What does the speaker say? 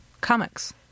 comics